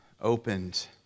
opened